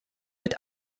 wird